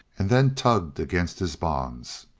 and then tugged against his bonds.